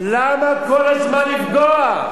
למה כל הזמן לפגוע?